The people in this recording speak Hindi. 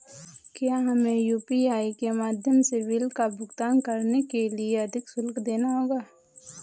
क्या हमें यू.पी.आई के माध्यम से बिल का भुगतान करने के लिए अधिक शुल्क देना होगा?